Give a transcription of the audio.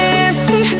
empty